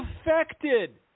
affected